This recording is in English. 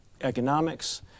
economics